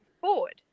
Forward